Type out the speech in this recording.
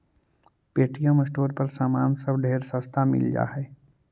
Paytm store पर समान सब ढेर सस्ता मिल जा हई